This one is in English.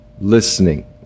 listening